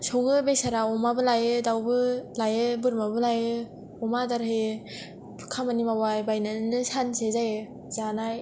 सङो बेसारा अमाबो लायो दावबो लायो बोरमाबो लायो अमा आदार होयो खामानि मावबायबायनानैनो सानसे जायो जानाय